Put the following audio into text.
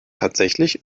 tatsächlich